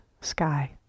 sky